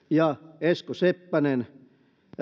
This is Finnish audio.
ja esko seppänen